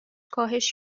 کاهش